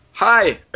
Hi